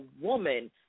woman